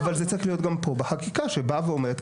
אבל זה צריך להיות גם פה בחקיקה שבאה ואומרת,